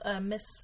Miss